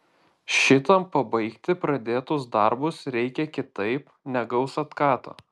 šitam pabaigti pradėtus darbus reikia kitaip negaus atkato